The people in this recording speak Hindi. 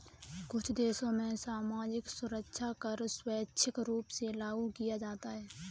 कुछ देशों में सामाजिक सुरक्षा कर स्वैच्छिक रूप से लागू किया जाता है